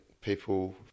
people